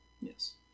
Yes